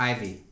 Ivy